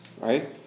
right